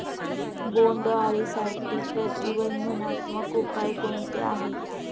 बोंडअळीसाठी प्रतिबंधात्मक उपाय कोणते आहेत?